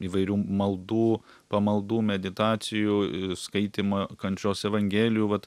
įvairių maldų pamaldų meditacijų skaitymą kančios evangelijų vat